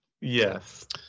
Yes